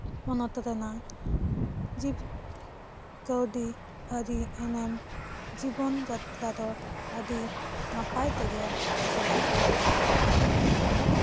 ᱦᱚᱱᱚᱛ ᱨᱮᱱᱟᱜ ᱡᱤᱵ ᱠᱟᱹᱣᱰᱤ ᱟᱹᱨᱤ ᱮᱱᱮᱢ ᱡᱤᱵᱚᱱ ᱡᱟᱛᱨᱟ ᱫᱚ ᱟᱹᱰᱤ ᱱᱟᱯᱟᱭ ᱛᱮᱜᱮ ᱥᱚᱦᱞᱮ ᱯᱟᱨᱚᱢᱚᱜ ᱠᱟᱱᱟ